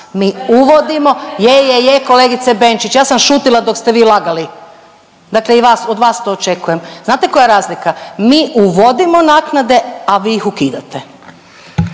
je, je kolegice Benčić, ja sam šutila dok ste vi lagali, dakle i vas, od vas to očekujem, znate koja je razlika? Mi uvodimo naknade, a vi ih ukidate.